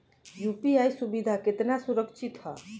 UPI सुविधा केतना सुरक्षित ह?